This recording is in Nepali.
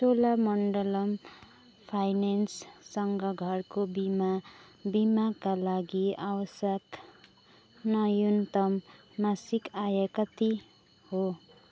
चोलामण्डलम फाइनेन्ससँग घरको बिमा बिमाका लागि आवश्यक नयूनतम मासिक आय कति हो